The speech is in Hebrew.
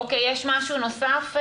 אוקיי, משהו נוסף?